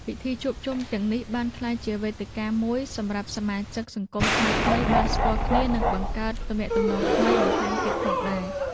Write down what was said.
ពិធីជួបជុំទាំងនេះបានក្លាយជាវេទិកាមួយសម្រាប់សមាជិកសង្គមថ្មីៗបានស្គាល់គ្នា និងបង្កើតទំនាក់ទំនងថ្មីបន្ថែមទៀតផងដែរ។